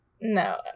No